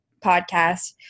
podcast